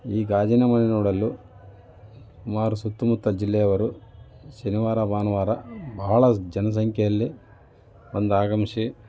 ಈ ಗಾಜಿನ ಮನೆ ನೋಡಲು ಸುಮಾರು ಸುತ್ತಮುತ್ತ ಜಿಲ್ಲೆಯವರು ಶನಿವಾರ ಭಾನುವಾರ ಬಹಳ ಜನ ಸಂಖ್ಯೆಯಲ್ಲಿ ಬಂದು ಆಗಮಿಸಿ